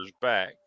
back